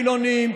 חילונים,